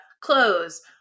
clothes